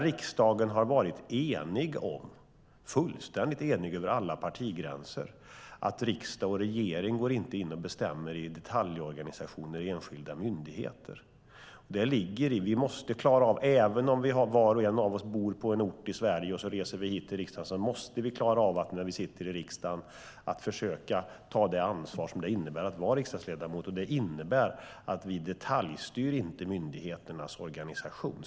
Riksdagen har varit fullständigt enig över alla partigränser om att riksdag och regering inte ska gå in och bestämma detaljorganisationen i enskilda myndigheter. Även om var och en av oss bor på en ort i Sverige och reser hit till riksdagen måste vi klara av att ta det ansvar som det innebär att vara riksdagsledamot, nämligen att inte detaljstyra myndigheternas organisation.